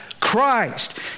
Christ